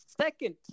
second